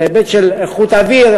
מהיבט של איכות האוויר,